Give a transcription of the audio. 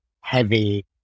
heavy